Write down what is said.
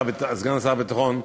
סגן שר הביטחון,